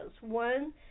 One